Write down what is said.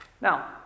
Now